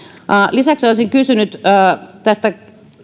lisäksi olisin kysynyt tästä